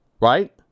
right